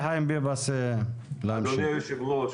אדוני היושב-ראש,